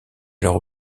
alors